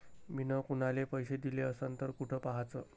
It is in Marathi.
मिन कुनाले पैसे दिले असन तर कुठ पाहाचं?